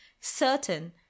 certain